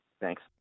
Thanks